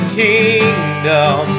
kingdom